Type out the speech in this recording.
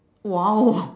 !wow!